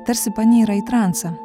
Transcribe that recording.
tarsi panyra į transą